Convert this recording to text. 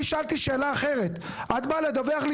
אני שאלתי שאלה אחרת ואת באה לדווח לי